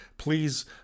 Please